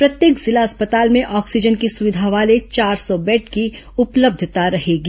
प्रत्येक जिला अस्पताल में ऑक्सीजन की सुविधा वाले चार सौ बेड की उपलब्धता रहेगी